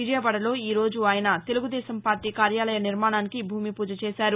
విజయవాడలో ఈ రోజు ఆయన తెలుగుదేశం పార్టీ కార్యాలయ నిర్మాణానికి భూమిపూజ చేశారు